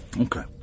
Okay